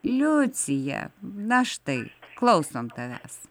liucija na štai klausom tavęs